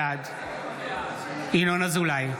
בעד ינון אזולאי,